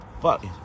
Fuck